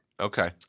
Okay